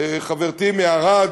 חברתי מערד,